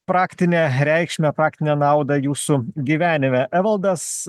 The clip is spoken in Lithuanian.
praktinę reikšmę praktinę naudą jūsų gyvenime evaldas